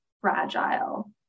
fragile